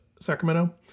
Sacramento